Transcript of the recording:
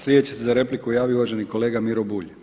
Slijedeći se za repliku javio uvaženi kolega Miro Bulj.